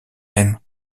même